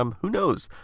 um who knows.